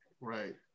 Right